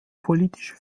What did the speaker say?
politische